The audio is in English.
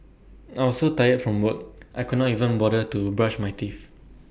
I was so tired from work I could not even bother to brush my teeth